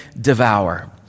devour